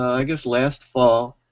i guess last fall,